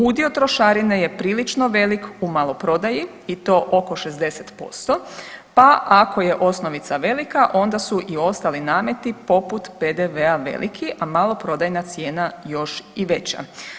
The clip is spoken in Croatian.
Udio trošarine je prilično velik u maloprodaji i to oko 60%, pa ako je osnovica velika onda su i ostali nameti poput PDV-a veliki, a maloprodajna cijena još i veća.